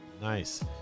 Nice